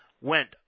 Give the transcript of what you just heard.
went